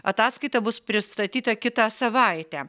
ataskaita bus pristatyta kitą savaitę